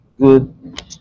Good